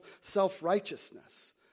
self-righteousness